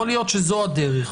יכול להיות שזאת הדרך.